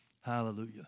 Hallelujah